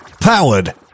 powered